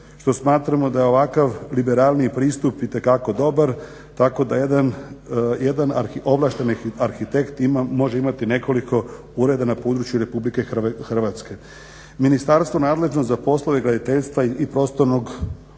što smatramo da je ovakav liberalniji pristup itekako dobar, tako da jedan ovlašteni arhitekt može imati nekolik ureda na području RH. Ministarstvo nadležno za poslove graditeljstva i prostornog uređenja,